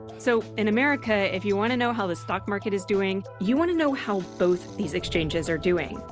so, in america if you want to know how the stock market is doing, you want to know how both these exchanges are doing.